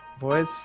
boys